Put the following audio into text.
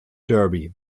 derby